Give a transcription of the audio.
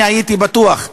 אני הייתי בטוח,